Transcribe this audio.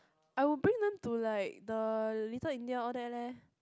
I would bring them to like the Little-India all that leh